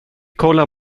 kollar